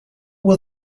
will